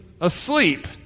asleep